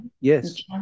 Yes